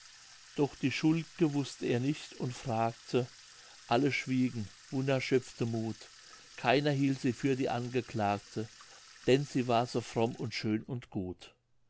doch die schuld'ge wußt er nicht und fragte alle schwiegen wunna schöpfte muth keiner hielt sie für die angeklagte denn sie war so fromm und schön und gut